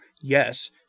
yes